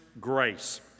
grace